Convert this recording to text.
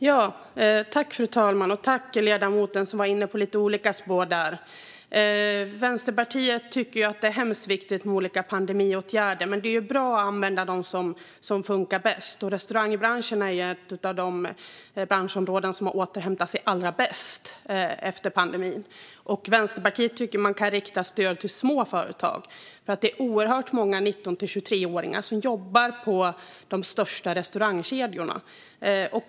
Fru talman! Jag tackar ledamoten, som var inne på lite olika spår. Vänsterpartiet tycker att det är viktigt med olika pandemiåtgärder men att det är bra att använda de åtgärder som funkar bäst. Restaurangbranschen är ett av de branschområden som har återhämtat sig allra bäst efter pandemin. Vänsterpartiet tycker att man kan rikta stöd till små företag, för det är oerhört många 19-23-åringar som jobbar på de största restaurangkedjorna.